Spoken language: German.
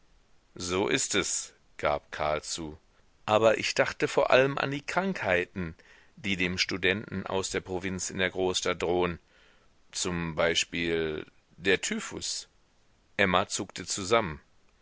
so ist es gab karl zu aber ich dachte vor allem an die krankheiten die dem studenten aus der provinz in der großstadt drohen zum beispiel der typhus emma zuckte zusammen